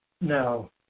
No